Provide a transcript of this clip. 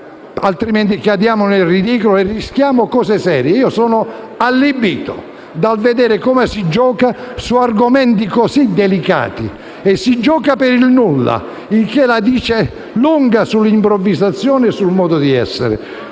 altrimenti cadiamo nel ridicolo e rischiamo cose serie. Sono allibito dal vedere come si gioca su argomenti così delicati per nulla. Ciò la dice lunga sull'improvvisazione e sul modo di essere